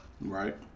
Right